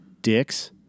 dicks